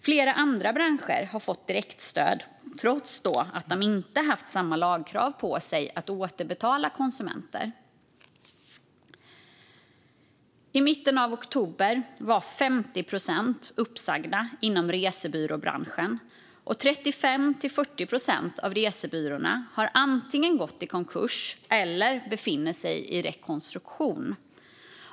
Flera andra branscher har fått direktstöd trots att de inte haft samma lagkrav på sig att återbetala konsumenter. I mitten av oktober var 50 procent inom resebyråbranschen uppsagda, och 35-40 procent av resebyråerna har antingen gått i konkurs eller befinner sig i rekonstruktion.